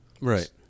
Right